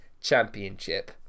Championship